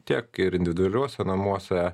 tiek ir individualiuose namuose